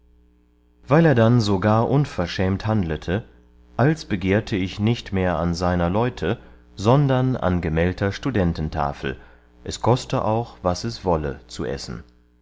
weil er dann so gar unverschämt handlete als begehrte ich nicht mehr an seiner leute sondern an gemeldter studententafel es koste auch was es wolle zu essen